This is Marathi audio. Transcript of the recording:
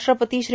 राष्ट्रपती श्री